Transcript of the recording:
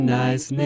nice